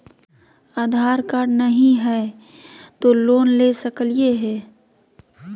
आधार card नही हय, तो लोन ले सकलिये है?